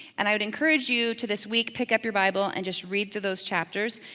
and i would encourage you to this week pick up your bible and just read through those chapters.